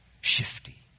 Shifty